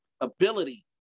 ability